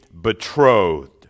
betrothed